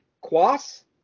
Quas